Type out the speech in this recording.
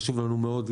חשוב לנו מאוד,